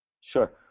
Sure